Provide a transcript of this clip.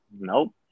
Nope